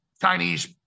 Chinese